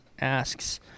asks